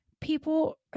people